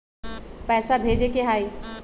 पैसा भेजे के हाइ?